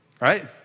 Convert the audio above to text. Right